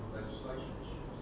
legislation